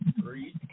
Three